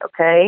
okay